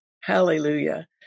hallelujah